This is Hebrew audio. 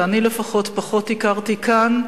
שאני לפחות פחות הכרתי כאן,